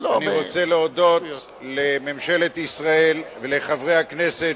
רוצה להודות לממשלת ישראל ולחברי הכנסת